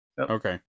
Okay